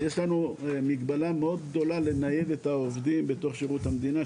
ויש לנו מגבלה מאוד גדולה לנייד את העובדים בתוך שירות המדינה,